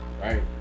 right